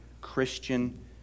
Christian